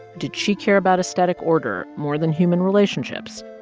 did she care about aesthetic order more than human relationships?